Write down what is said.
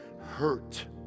hurt